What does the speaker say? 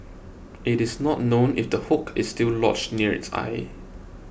it is not known if the hook is still lodged near its eye